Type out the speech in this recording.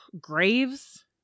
graves